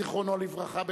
זיכרונו לברכה,